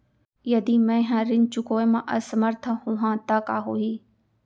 यदि मैं ह ऋण चुकोय म असमर्थ होहा त का होही?